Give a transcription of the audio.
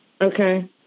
Okay